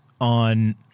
on